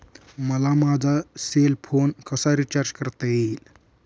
मला माझा cell phone कसा रिचार्ज करता येईल?